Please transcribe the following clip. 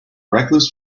recluse